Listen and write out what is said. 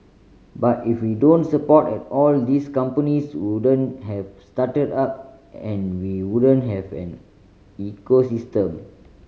but if you don't support at all these companies wouldn't have started up and we wouldn't have an ecosystem